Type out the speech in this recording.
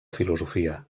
filosofia